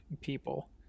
people